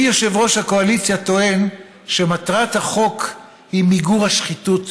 ידידי יושב-ראש הקואליציה טוען שמטרת החוק היא מיגור השחיתות,